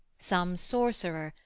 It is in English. some sorcerer,